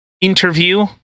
interview